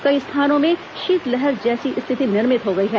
कई स्थानों में शीतलहर जैसी स्थिति निर्मित हो गई है